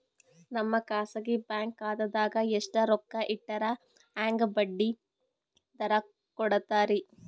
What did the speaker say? ನಮ್ಮ ಖಾಸಗಿ ಬ್ಯಾಂಕ್ ಖಾತಾದಾಗ ಎಷ್ಟ ರೊಕ್ಕ ಇಟ್ಟರ ಹೆಂಗ ಬಡ್ಡಿ ದರ ಕೂಡತಾರಿ?